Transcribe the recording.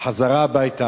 חזרה הביתה.